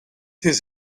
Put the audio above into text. his